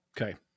Okay